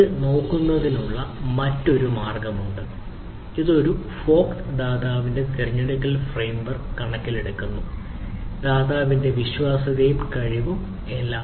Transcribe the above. ഇത് നോക്കുന്നതിനുള്ള മറ്റൊരു മാർഗ്ഗമുണ്ട് അത് ഒരു ഫോക്ക് ദാതാവിന്റെ തിരഞ്ഞെടുക്കൽ ഫ്രെയിംവർക് കണക്കിലെടുക്കുന്നു ദാതാവിന്റെ വിശ്വാസ്യതയും കഴിവും എല്ലാം